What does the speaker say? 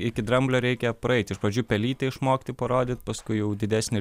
iki dramblio reikia praeiti iš pradžių pelytę išmokti parodyt paskui jau didesnį